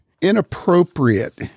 inappropriate